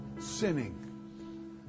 sinning